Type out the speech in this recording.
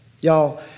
Y'all